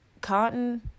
cotton